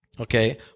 Okay